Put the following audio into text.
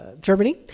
Germany